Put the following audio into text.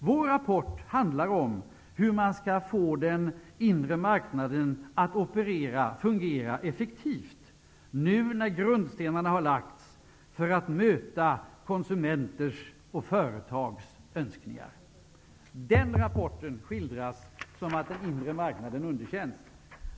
Vår rapport handlar om hur man skall få den inre marknaden att fungera effektivt nu när grundstenarna har lagts för att möta konsumenters och företags önskningar. Den rapport i vilken detta står skrivet skildras som att den underkänner den inre marknaden.